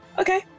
Okay